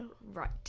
Right